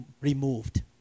removed